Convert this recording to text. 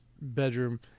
bedroom